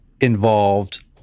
involved